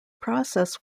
process